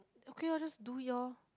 okay lor just do it lor